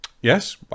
Yes